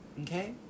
okay